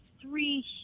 three